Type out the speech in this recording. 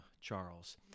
Charles